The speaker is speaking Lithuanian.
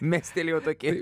mestelėjau tokį